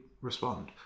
respond